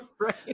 right